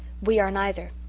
we are neither,